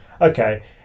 okay